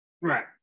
Right